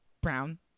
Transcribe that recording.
brown